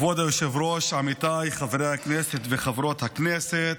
כבוד היושב-ראש, עמיתיי חברי הכנסת וחברות הכנסת,